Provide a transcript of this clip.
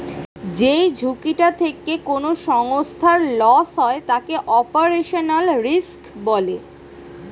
যেই ঝুঁকিটা থেকে কোনো সংস্থার লস হয় তাকে অপারেশনাল রিস্ক বলে